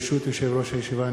ברשות יושב-ראש הישיבה,